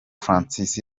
francis